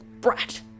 brat